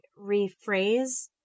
rephrase